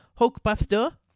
Hulkbuster